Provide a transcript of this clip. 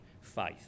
faith